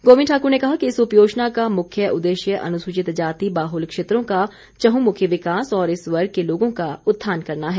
गोविंद ठाकुर ने कहा कि इस उपयोजना का मुख्य उददेश्य अनुसूचित जाति बाहुल क्षेत्रों का चहुंमुखी विकास और इस वर्ग के लोगों का उत्थान करना है